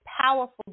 powerful